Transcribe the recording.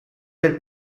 del